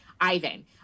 Ivan